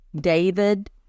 David